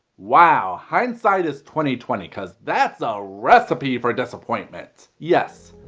wow hindsight is twenty twenty cause that's a recipe for disappointment. yes,